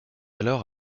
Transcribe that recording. alors